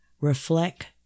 Reflect